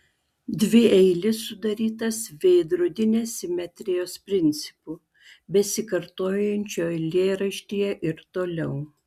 dvieilis sudarytas veidrodinės simetrijos principu besikartojančiu eilėraštyje ir toliau